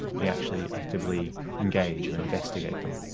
we actually actively engage or investigate them.